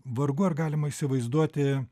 vargu ar galima įsivaizduoti